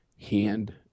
hand